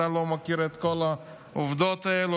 שאתה לא מכיר את כל העובדות האלה,